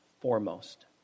foremost